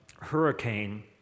hurricane